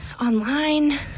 online